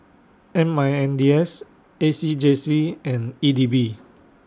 M I N D S A C J C and E D B